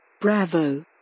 bravo